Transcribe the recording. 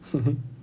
hmm hmm